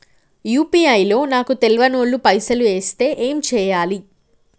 UPI లో నాకు తెల్వనోళ్లు పైసల్ ఎస్తే ఏం చేయాలి?